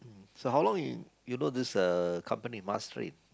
so how long you you know this uh company Mars Train